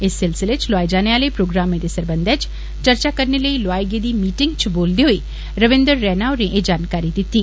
इस सिलसिले च लोआए जाने आले प्रोग्रामे दे सरबन्धै च चर्चा करने लेई लोआई गेदी मीटिंग च बोलदे होई रविन्द्र रैणा होरे एह जानकारी दिती